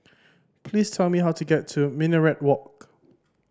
please tell me how to get to Minaret Walk